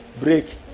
break